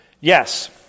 Yes